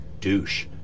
douche